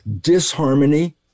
Disharmony